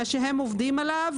מה שהם עובדים עליו,